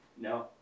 No